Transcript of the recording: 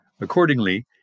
Accordingly